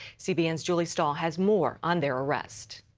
cbn's julie stahl has more on their arrest.